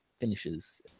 finishes